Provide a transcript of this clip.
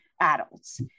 adults